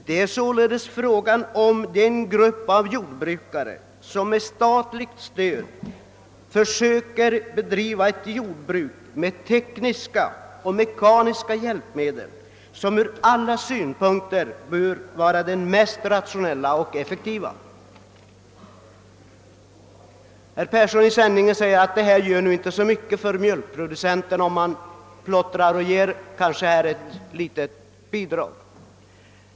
Det gäller således en grupp av jordbrukare som med stöd av staten försöker bedriva ett jordbruk med tekniska och mekaniska hjälpmedel, vilket ur alla synpunkter bör vara det mest rationella och effektiva. Herr Persson i Skänninge menar att det inte betyder så mycket för mjölkproducenterna om man lämnar ett bidrag.